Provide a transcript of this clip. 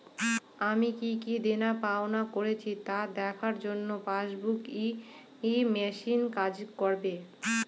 আমি কি কি দেনাপাওনা করেছি তা দেখার জন্য পাসবুক ই মেশিন কাজ করবে?